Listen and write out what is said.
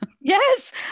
Yes